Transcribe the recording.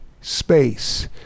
space